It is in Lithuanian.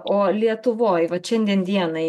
o lietuvoj vat šiandien dienai